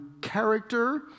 character